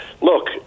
Look